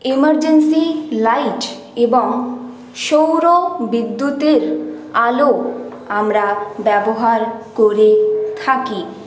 emergency light এবং সৌর বিদ্যুতের আলো আমরা ব্যবহার করে থাকি